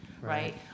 right